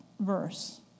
verse